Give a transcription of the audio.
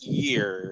year